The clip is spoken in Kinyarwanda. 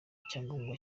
icyangombwa